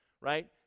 right